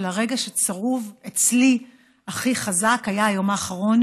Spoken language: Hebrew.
אבל הרגע שצרוב אצלי הכי חזק היה היום האחרון,